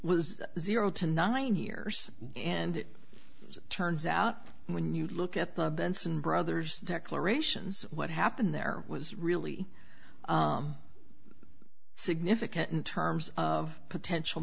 was zero to nine years and it turns out when you look at the benson brothers declarations what happened there was really significant in terms of potential